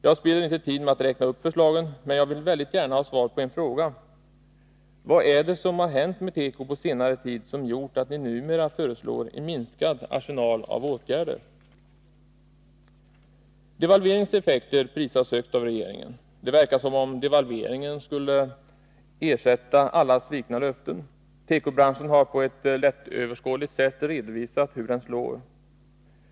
Jag spiller inte tid med att räkna upp förslagen, men jag vill mycket gärna ha svar på en fråga: Vad är det som har hänt med teko på senare tid som gjort att ni numera föreslår en minskad arsenal av åtgärder? Devalveringens effekter prisas högt av regeringen. Det verkar som om devalveringen skulle ersätta alla svikna löften. Tekobranschen har dock på ett lättöverskådligt sätt redovisat hur den slår.